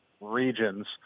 regions